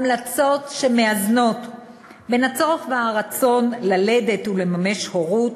המלצות שמאזנות בין הצורך והרצון ללדת ולממש הורות